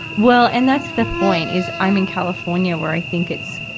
well, and that's the point, is i'm in california, where i think it's,